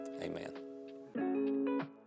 Amen